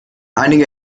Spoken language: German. einige